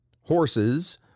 Horses